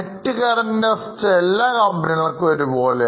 net current assets എല്ലാ കമ്പനികൾക്കും ഒരുപോലെയാണ്